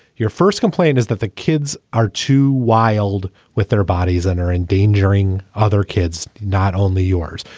your first complaint is that the kids are too wild with their bodies and are endangering other kids, not only yours.